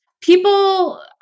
People